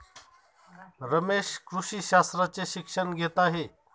रमेश कृषी शास्त्राचे शिक्षण घेत आहे